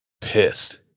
pissed